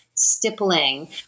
stippling